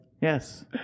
Yes